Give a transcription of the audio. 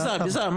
הם